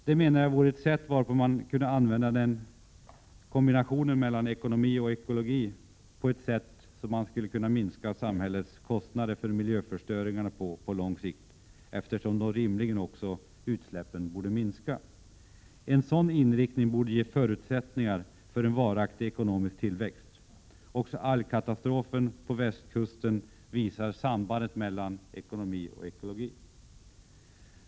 Jag menar att detta vore ett sätt att använda kombinationen mellan ekonomi och ekologi för att minska samhällets kostnader för miljöförstöring på lång sikt, eftersom utsläppen rimligen borde minska. En sådan inriktning borde ge förutsättningar för en varaktig ekonomisk tillväxt. Också algkatastrofen på västkusten visar sambandet mellan ekonomi och ekologi.